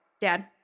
Dad